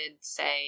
say